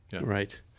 Right